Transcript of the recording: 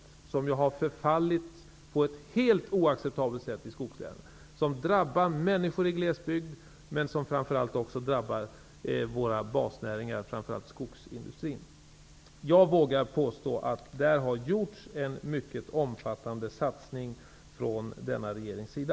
Detta hade ju förfallit på ett helt oacceptabelt sätt i skogslänen, vilket drabbade människor i glesbygd och våra basnäringar -- framför allt skogsindustrin. Jag vågar påstå att det har gjorts en omfattande satsning från denna regerings sida.